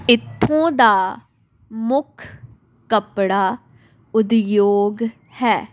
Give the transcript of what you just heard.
ਇੱਥੋਂ ਦਾ ਮੁੱਖ ਕੱਪੜਾ ਉਦਯੋਗ ਹੈ